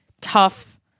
tough